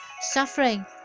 suffering